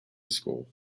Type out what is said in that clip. school